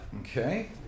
Okay